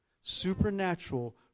supernatural